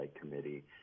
Committee